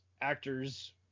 actors